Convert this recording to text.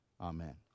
Amen